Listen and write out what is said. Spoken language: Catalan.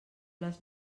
les